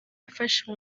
yafashe